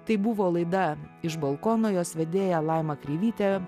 tai buvo laida iš balkono jos vedėja laima kreivytė